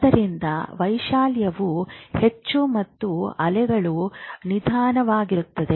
ಆದ್ದರಿಂದ ವೈಶಾಲ್ಯವು ಹೆಚ್ಚು ಮತ್ತು ಅಲೆಗಳು ನಿಧಾನವಾಗಿರುತ್ತವೆ